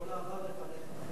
כל העבר לפניך.